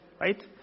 right